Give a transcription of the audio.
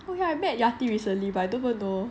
oh ya I met yati recently but I don't even know